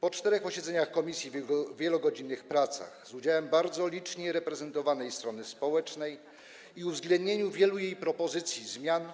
Po czterech posiedzeniach komisji, wielogodzinnych pracach z udziałem bardzo licznie reprezentowanej strony społecznej i uwzględnieniu jej wielu propozycji zmian